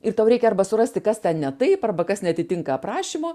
ir tau reikia arba surasti kas ten ne taip arba kas neatitinka aprašymo